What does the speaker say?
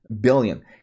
billion